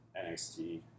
NXT